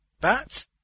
but